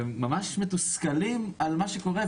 והם ממש מתוסכלים ממה שקורה.